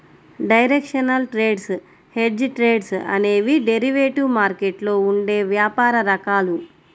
directional trades, hedged trades అనేవి derivative మార్కెట్లో ఉండే వ్యాపార రకాలు